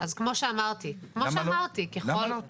למה לא?